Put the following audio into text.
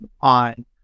on